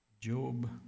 Job